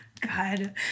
God